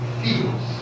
feels